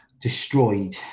destroyed